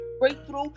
breakthrough